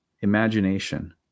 imagination